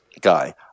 guy